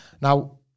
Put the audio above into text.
Now